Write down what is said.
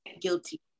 guilty